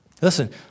Listen